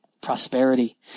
prosperity